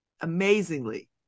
amazingly